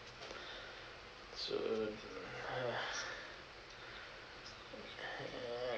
so uh uh